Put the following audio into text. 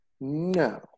No